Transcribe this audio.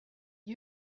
die